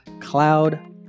cloud